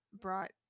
brought